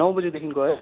नौ बजीदेखिको है